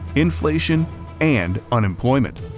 inflation and unemployment.